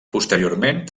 posteriorment